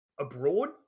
abroad